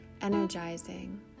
energizing